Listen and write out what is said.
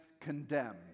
condemned